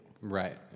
right